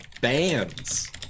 bands